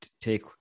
take